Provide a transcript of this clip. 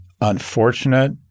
unfortunate